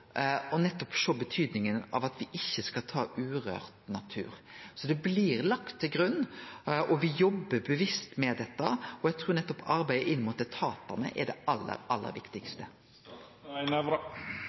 sjå betydinga av at me ikkje skal ta urørt natur. Så det blir lagt til grunn, og me jobbar bevisst med dette. Og eg trur nettopp arbeidet inn mot etatane er det aller, aller